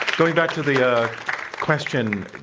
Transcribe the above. going back to the yeah question,